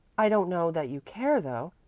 i don't know that you care, though.